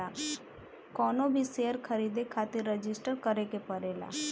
कवनो भी शेयर खरीदे खातिर रजिस्टर करे के पड़ेला